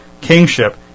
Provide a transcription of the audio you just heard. kingship